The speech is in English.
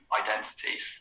identities